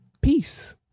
Peace